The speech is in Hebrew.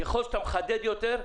ככל שאתה מחדד יותר,